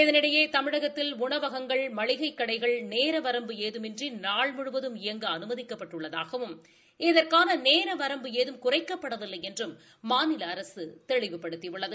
இதனிடையே தமிழகத்தில் உணவகங்கள் மளிகைக் கடைகள் நேர வரம்பு ஏதுமின்றி நாள் முழுவதும் இயங்க அனுமதிக்கப்பட்டுள்ளதாகவும் இதற்கான நேர வரம்பு ஏதும் குறைக்கப்படவில்லை என்றும் மாநில அரசு தெளிவுபடுத்தியுள்ளது